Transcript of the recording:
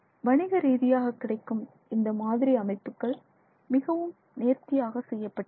வணிக ரீதியாக கிடைக்கும் இந்த மாதிரி அமைப்புகள் மிகவும் நேர்த்தியாக செய்யப்பட்டுள்ளன